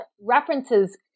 references